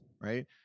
right